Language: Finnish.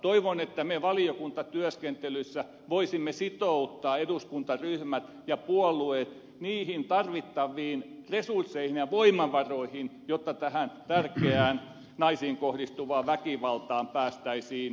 toivon että me valiokuntatyöskentelyssä voisimme sitouttaa eduskuntaryhmät ja puolueet niihin tarvittaviin resursseihin ja voimavaroihin jotta tähän tärkeään naisiin kohdistuvaan väkivaltaan päästäisiin kiinni